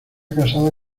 casada